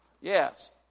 yes